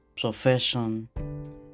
profession